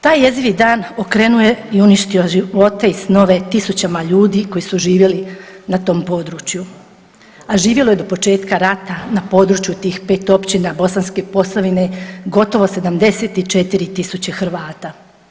Taj jezivi dan okrenuo je i uništio živote i snove tisućama ljudi koji su živjeli na tom području, a živjelo je do početka rata na području tih 5 općina Bosanske Posavine gotovo 74 tisuće Hrvata.